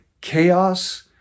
chaos